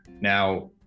Now